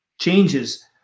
changes